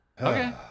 Okay